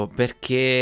perché